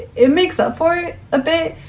it makes up for it a bit,